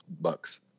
bucks